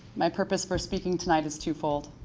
my purpose for speaking tonight is two-fold.